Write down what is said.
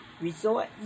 resort